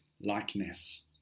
likeness